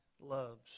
loves